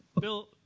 Bill